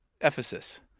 Ephesus